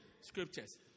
scriptures